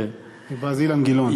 ריבה זה אילן גילאון.